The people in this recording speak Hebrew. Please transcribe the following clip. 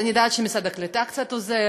אז אני יודעת שמשרד הקליטה קצת עוזר,